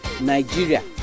Nigeria